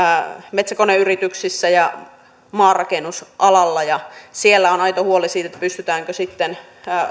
metsäkoneyrityksissä ja maanrakennusalalla siellä on aito huoli siitä pystytäänkö sitten